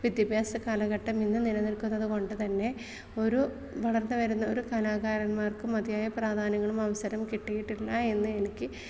വിദ്യാഭ്യാസ കാലഘട്ടം ഇന്ന് നിലനിൽക്കുന്നത് കൊണ്ടു തന്നെ ഒരു വളർന്നു വരുന്ന ഒരു കലാകാരന്മാർക്ക് മതിയായ പ്രാധാന്യങ്ങളും അവസരം കിട്ടിയിട്ടില്ല എന്ന് എനിക്ക്